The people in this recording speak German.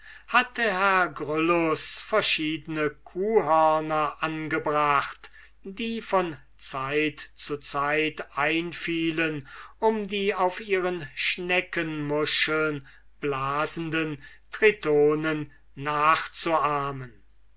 hatte herr gryllus verschiedene kühhörner angebracht die von zeit zu zeit einfielen um die auf ihren schneckenmuscheln blasenden tritonen nachzuahmen